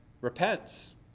repents